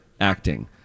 acting